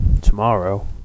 Tomorrow